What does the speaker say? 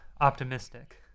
optimistic